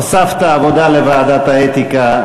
והוספת עבודה לוועדת האתיקה,